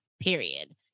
period